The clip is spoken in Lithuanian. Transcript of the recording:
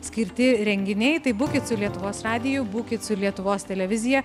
skirti renginiai tai būkit su lietuvos radiju būkit su lietuvos televizija